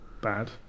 bad